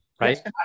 right